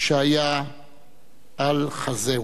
שהיה על חזהו.